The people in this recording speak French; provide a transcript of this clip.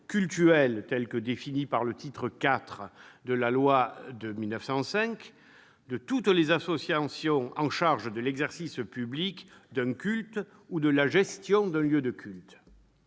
cultuelles, tel que défini par le titre IV de la loi du 9 décembre 1905, de toutes les associations chargées de l'exercice public d'un culte ou de la gestion d'un lieu de culte